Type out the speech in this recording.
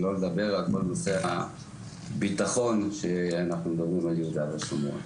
שלא לדבר על כל נושא הביטחון כשאנחנו מדברים על יהודה ושומרון.